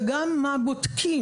וגם על מה בודקים.